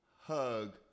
hug